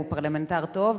הוא פרלמנטר טוב.